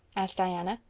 asked diana.